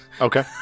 Okay